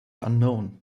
unknown